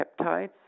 peptides